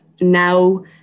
now